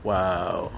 Wow